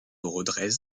redresse